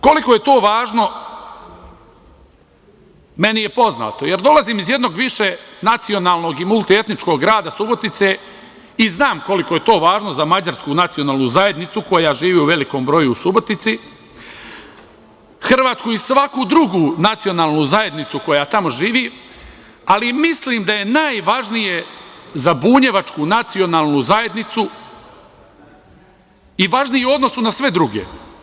Koliko je to važno, meni je poznato, jer dolazim iz jednog višenacionalnog i multietničkog grada Subotice i znam koliko je to važno za mađarsku nacionalnu zajednicu koja živi u velikom broju u Subotici, Hrvatsku i svaku drugu nacionalnu zajednicu koja tamo živi, ali mislim da je najvažnije za bunjevačku nacionalnu zajednicu i važnije u odnosu na sve druge.